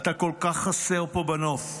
אתה כל כך חסר פה בנוף.